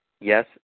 Yes